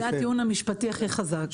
זה הטיעון המשפטי הכי חזק.